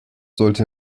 sollte